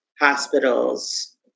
hospitals